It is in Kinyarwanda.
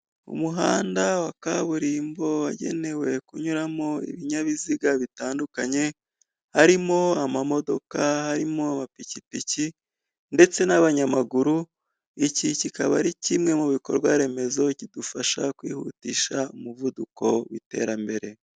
Umuhanda wa kaburimbo wagenewe kunyuramo ibinyabiziga bitandukanye harimo amamodoka, harimo amapikipiki ndetse n'abanyamaguru. Iki kikaba ari kimwe mu bikorwa remezo kidufasha kwihutisha umuvuduko w'iterambere.